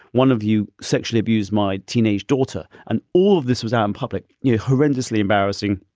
one of you sexually abuse my teenage daughter. and all of this was out in public, you know, horrendously embarrassing.